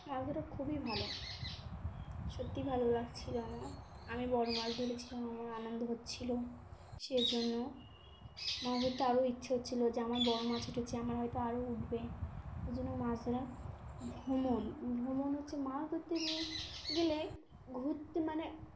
মাছ ধরা খুবই ভালো সত্যি ভালো লাগছিল আমার আমি বড় মাছ ধরেছিলাম আমার আনন্দ হচ্ছিল সেই জন্য মাছ ধরতে আরও ইচ্ছে হচ্ছিল যে আমার বড় মাছ উঠেছে আমার হয়তো আরও উঠবে ওই জন্য মাছ ধরা ভ্রমণ ভ্রমণ হচ্ছে মাছ ধরতে গিয়ে গেলে ঘুরতে মানে